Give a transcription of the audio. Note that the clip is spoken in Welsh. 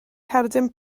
cerdyn